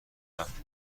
رفت